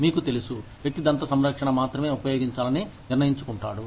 మీకు తెలుసు వ్యక్తి దంత సంరక్షణ మాత్రమే ఉపయోగించాలని నిర్ణయించుకుంటాడు